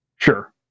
Sure